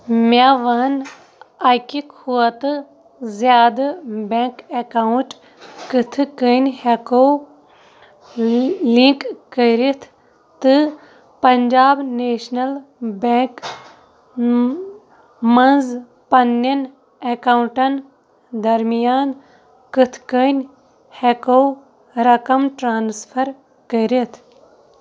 مےٚ وَن اَکہِ کھوتہٕ زیادٕ بینٛک اٮ۪کاوُنٹ کِتھٕ کَنۍ ہٮ۪کو لِنٛک کٔرِتھ تہٕ پنٛجاب نیشنَل بینٛک منٛز پنٛنٮ۪ن اٮ۪کاوُنٹَن درمیان کِتھ کَنۍ ہٮ۪کو رَقم ٹرٛانٕسفَر کٔرِتھ